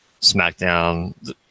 SmackDown